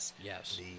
Yes